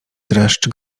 dreszcz